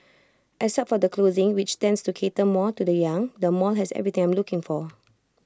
except for the clothing which tends to cater more to the young the mall has everything I am looking for